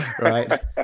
right